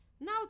Now